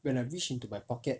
when I reach into my pocket